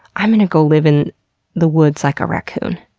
i'm gonna go live in the woods like a raccoon.